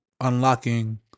unlocking